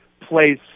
plays